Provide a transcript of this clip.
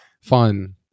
fun